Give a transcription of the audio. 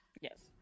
Yes